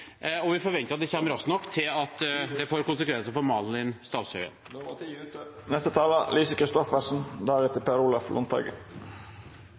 og vi forventer at det kommer raskt nok til at det får konsekvenser for